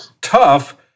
tough